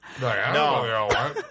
No